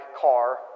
car